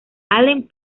allen